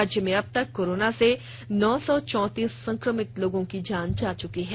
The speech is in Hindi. राज्य में अबतक कोरोना से नौ सौ चौंतीस संक्रमित लोगों की जान जा चुकी है